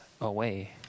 away